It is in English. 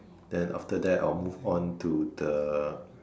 then after that I will move on to the